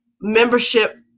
membership